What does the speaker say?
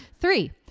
Three